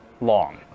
long